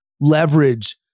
leverage